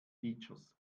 features